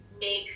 make